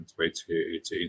2018